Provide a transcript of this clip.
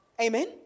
Amen